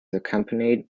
accompanied